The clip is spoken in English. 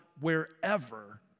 wherever